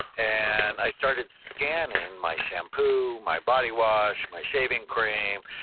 and i started scanning my shampoo, my body wash, my shaving cream.